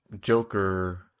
Joker